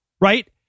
Right